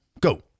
go